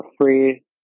free